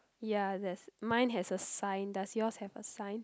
ya there's mine has a sign does yours have a sign